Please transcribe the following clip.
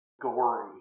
gory